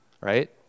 right